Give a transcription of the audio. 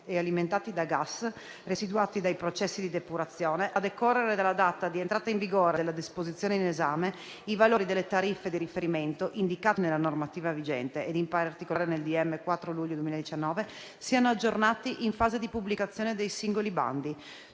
e alimentati da gas residuati dai processi di depurazione, a decorrere dalla data di entrata in vigore della disposizione in esame, i valori delle tariffe di riferimento indicati nella normativa vigente - e in particolare nel decreto ministeriale 4 luglio 2019 - siano aggiornati, in fase di pubblicazione dei singoli bandi,